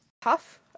tough